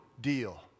deal